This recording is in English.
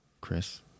Chris